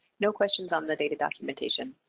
no questions on the data documentation.